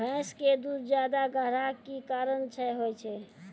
भैंस के दूध ज्यादा गाढ़ा के कि कारण से होय छै?